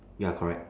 ya correct